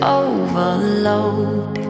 overload